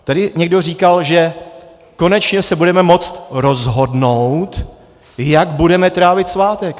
Tady někdo říkal, že konečně se budeme moci rozhodnout, jak budeme trávit svátek.